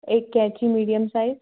एक क़ैंची medium size